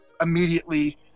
immediately